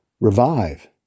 revive